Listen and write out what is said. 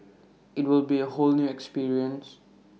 IT will be A whole new experience